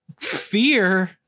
fear